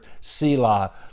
Selah